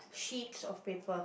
sheets of paper